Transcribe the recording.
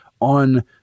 on